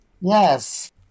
Yes